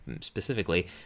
specifically